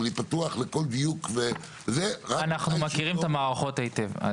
אני פתוח לכל דיוק --- אנחנו מכירים את המערכות היטב.